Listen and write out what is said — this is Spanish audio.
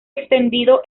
extendido